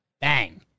bang